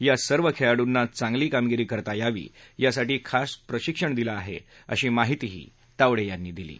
या सर्व खेळाडूंना चांगली कामगिरी करता यावी यासाठी खास प्रशिक्षण दिलं आहे अशी माहितीही तावडे यांनी दिली आहे